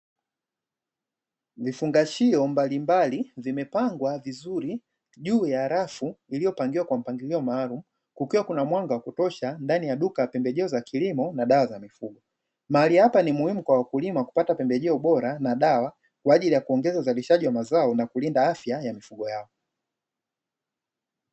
Vifungashio mbalimbali vimepangwa vizuri, juu ya rafu iliyopangiliwa kwa mpangilio maalumu, kukiwa kuna mwanga wa kutosha ndani ya duka la pembejeo za kilimo na dawa za mifugo, mahali hapa ni muhimu kwa wakulima kupata pembejeo bora na dawa, kwa ajili ya kuongeza uzalishaji wa mazao na kulinda afya za mifugo yao.